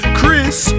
Chris